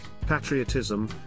patriotism